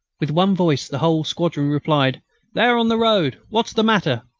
with one voice the whole squadron replied there, on the road. what's the matter?